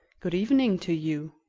good-evening to you.